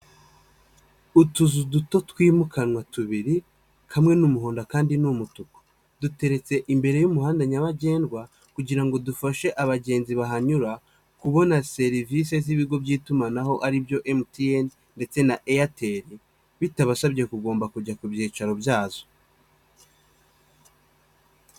Utuzu duto twimukanwa tubiri kamwe n'umuhondo kandi ni umutuku duteretse imbere y'umuhanda nyabagendwa kugira ngo dufashe abagenzi bahanyura kubona serivise z'ibigo by'itumanaho aribyo MTN ndetse na Eyateri bitabasabye kugomba kujya ku byicaro byazo.